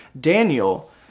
Daniel